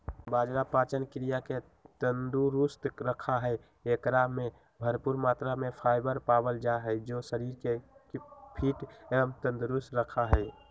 बाजरा पाचन क्रिया के तंदुरुस्त रखा हई, एकरा में भरपूर मात्रा में फाइबर पावल जा हई जो शरीर के फिट एवं तंदुरुस्त रखा हई